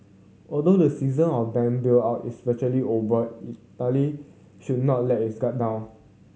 although the season of bank bailout is virtually over Italy should not let its guard down